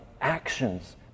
actions